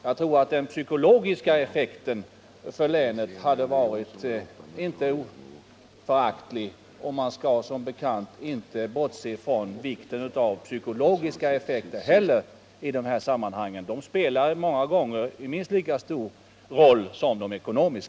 Jag tror att den psykologiska effekten för länet inte hade varit föraktlig.